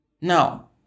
Now